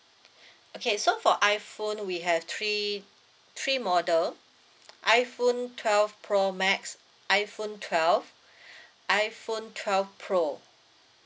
okay so for iphone we have three three model iphone twelve pro max iphone twelve iphone twelve pro